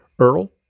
Earl